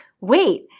wait